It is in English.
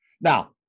Now